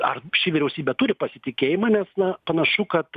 ar ši vyriausybė turi pasitikėjimą nes na panašu kad